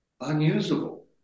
unusable